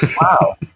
Wow